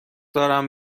دارم